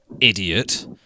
idiot